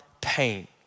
pain